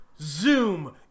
Zoom